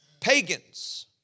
pagans